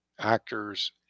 actors